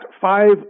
five